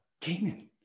Canaan